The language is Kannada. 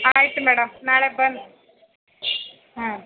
ಆಯ್ತು ಮೇಡಮ್ ನಾಳೆ ಬಂದು ಹಾಂ